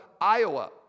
Iowa